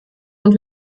und